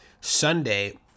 Sunday